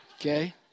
Okay